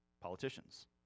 politicians